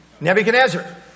Nebuchadnezzar